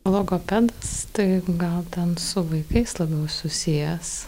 logopedas tai gal ten su vaikais labiau susijęs